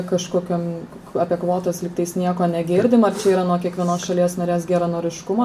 kažkokiom apie kvotas lygtais nieko negirdim ar čia yra nuo kiekvienos šalies narės geranoriškumą